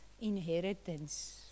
inheritance